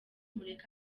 mureke